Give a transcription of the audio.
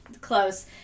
close